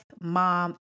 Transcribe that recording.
mom